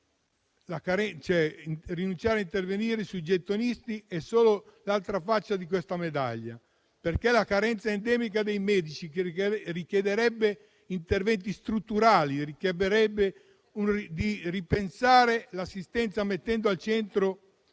rinunciare a intervenire sui gettonisti è solo l'altra faccia di questa medaglia: la carenza endemica di medici richiederebbe interventi strutturali, volti a ripensare l'assistenza mettendo al centro la